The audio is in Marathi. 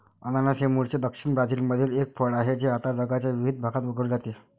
अननस हे मूळचे दक्षिण ब्राझीलमधील एक फळ आहे जे आता जगाच्या विविध भागात उगविले जाते